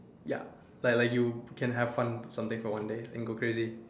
ya like like you can have fun something for one day and go crazy